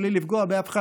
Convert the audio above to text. בלי לפגוע באף אחד,